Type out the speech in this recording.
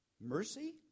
Mercy